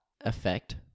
effect